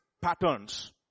patterns